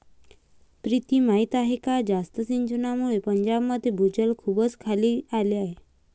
प्रीती माहीत आहे का जास्त सिंचनामुळे पंजाबचे भूजल खूपच खाली आले आहे